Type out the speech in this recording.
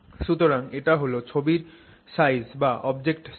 সুতরাং এটা হল ছবির সাইজঅবজেক্ট সাইজ